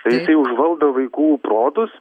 tai jisai užvaldo vaikų protus